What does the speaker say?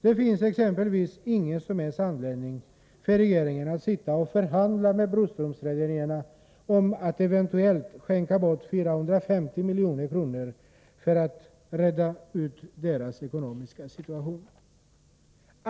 Det finns exempelvis ingen som helst anledning för regeringen att sitta och förhandla med Broströmsrederierna om att eventuellt skänka bort 450 milj.kr. för att reda ut deras ekonomiska situation.